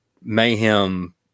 mayhem